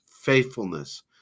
faithfulness